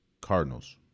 Cardinals